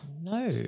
No